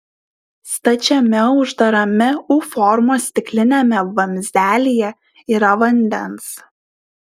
stačiame uždarame u formos stikliniame vamzdelyje yra vandens